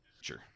Sure